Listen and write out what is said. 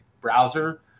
browser